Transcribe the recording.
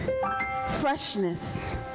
freshness